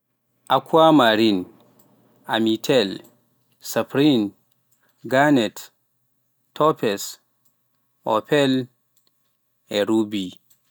akuamarine, amethyl, sapphire, garnet, topaz, opal,e ruby.